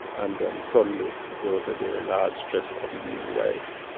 and then suddenly, there was a very large stretch of new, white,